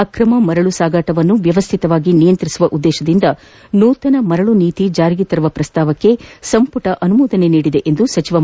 ಆಕ್ರಮ ಮರಳು ಸಾಗಾಟವನ್ನು ವ್ಯವಸ್ಥತವಾಗಿ ನಿಯಂತ್ರಿಸುವ ಉದ್ದೇಶದಿಂದ ಸೂತನ ಮರಳು ನೀತಿ ಜಾರಿಗೆ ತರುವ ಪ್ರಸ್ತಾವಕ್ಷೆ ಸಂಪುಟ ಅನುಮೋದನೆ ನೀಡಿದೆ ಎಂದು ಸಚಿವ ಚೆಸಿ